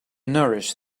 nourish